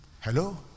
Hello